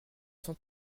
sans